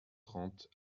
trente